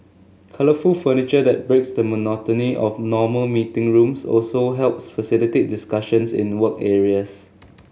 colourful furniture that breaks the monotony of normal meeting rooms also helps facilitate discussions in work areas